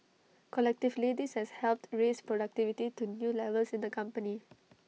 collectively this has helped raise productivity to new levels in the company